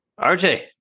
rj